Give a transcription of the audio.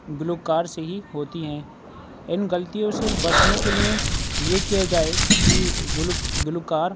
گلوکار سے ہی ہوتی ہے اِن غلطیوں سے بچنے کے لٮٔے یہ کیا جائے کہ گلوکار